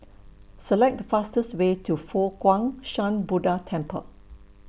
Select The fastest Way to Fo Guang Shan Buddha Temple